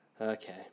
Okay